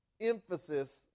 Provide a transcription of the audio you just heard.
emphasis